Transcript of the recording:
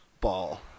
ball